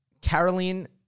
Caroline